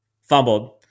fumbled